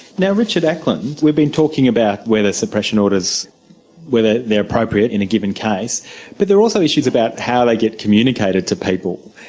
now richard ackland, we've been talking about whether suppression orders whether they're appropriate in a given case but there are also issues about how they get communicated to people.